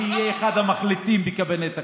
אני אהיה אחד המחליטים בקבינט הקורונה.